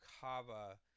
kava